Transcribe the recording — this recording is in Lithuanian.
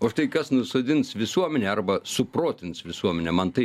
o štai kas nusodins visuomenę arba suprotins visuomenę man tai